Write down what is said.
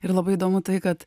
ir labai įdomu tai kad